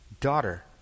daughter